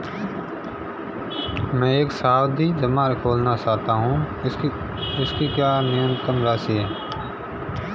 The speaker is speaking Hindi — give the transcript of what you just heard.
मैं एक सावधि जमा खोलना चाहता हूं इसकी न्यूनतम राशि क्या है?